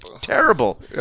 terrible